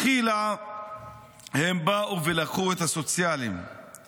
"תחילה הם באו ולקחו את הסוציאליסטים /